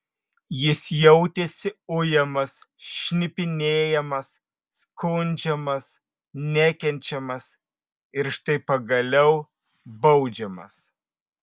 jis jautėsi ujamas šnipinėjamas skundžiamas nekenčiamas ir štai pagaliau baudžiamas